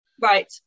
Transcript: Right